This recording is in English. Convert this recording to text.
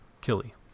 Killy